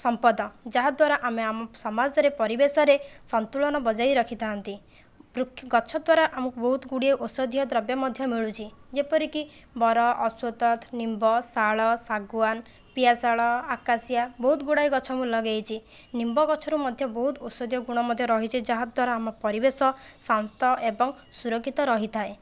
ସମ୍ପଦ ଯାହାଦ୍ୱାରା ଆମେ ଆମ ସମାଜରେ ପରିବେଶରେ ସନ୍ତୁଳନ ବଜାଇ ରଖିଥାନ୍ତି ବୃଖ୍ ଗଛ ଦ୍ୱାରା ଆମକୁ ବହୁତ ଗୁଡ଼ିଏ ଔଷଧୀୟ ଦ୍ରବ୍ୟ ମଧ୍ୟ ମିଳୁଛି ଯେପରିକି ବର ଅଶ୍ୱତଥ୍ ନିମ୍ବ ଶାଳ ଶାଗୁଆନ ପିଆଶାଳ ଆକାଶିଆ ବହୁତ ଗୁଡ଼ାଏ ଗଛ ମୁଁ ଲଗାଇଛି ନିମ୍ବ ଗଛରୁ ମଧ୍ୟ ବହୁତ ଔଷଧୀୟ ଗୁଣ ମଧ୍ୟ ରହିଛି ଯାହାଦ୍ୱାରା ଆମ ପରିବେଶ ଶାନ୍ତ ଏବଂ ସୁରକ୍ଷିତ ରହିଥାଏ